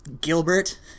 Gilbert